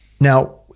Now